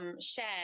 share